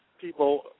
people